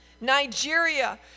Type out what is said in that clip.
Nigeria